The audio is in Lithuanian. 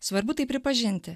svarbu tai pripažinti